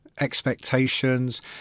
expectations